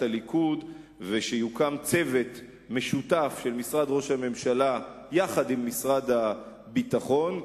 הליכוד ויוקם צוות משותף של משרד ראש הממשלה ומשרד הביטחון,